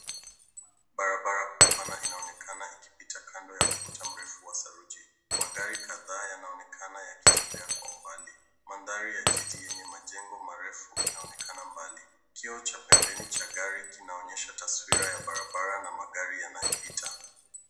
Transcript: Barabara kuu pana inaonekana ikipita kando ya ukuta mrefu wa saruji. Magari kadhaa yanaonekana yakitembea kwa umbali. Mandhari ya jiji yenye majengo marefu inaonekana mbali. Kioo cha pembeni cha gari kinaonyesha taswira ya barabara na magari yanayopita.